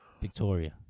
Victoria